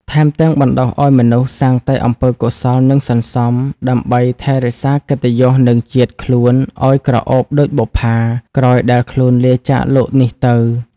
ថែមទាំងបណ្ដុះឲ្យមនុស្សសាងតែអំពើកុសលនិងសន្សំ ដើម្បីថែរក្សាកិត្តិយសនិងជាតិខ្លួនឲ្យក្រអូបដូចបុប្ផា ក្រោយដែលខ្លួនលាចាកលោកនេះទៅ។